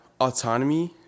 autonomy